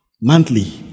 monthly